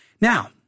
Now